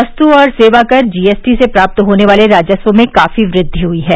वस्तु और सेवा कर जीएसटी से प्राप्त होने वाले राजस्व में काफी वृद्धि हुई है